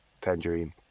Tangerine